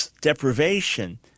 deprivation